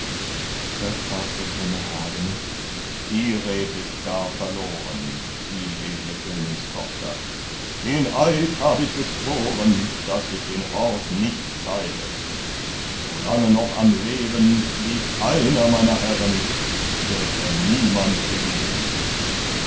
da sprach der grimme hagen die red ist gar verloren vieledle königstochter den eid hab ich geschworen daß ich den hort nicht zeige solange noch am leben blieb einer meiner herren wird er niemand gegeben